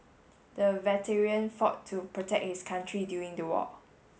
the veteran fought to protect his country during the war